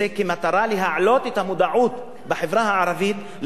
להעלות את המודעות בחברה הערבית לנושא הזה.